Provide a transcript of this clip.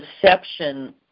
perception